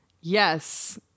yes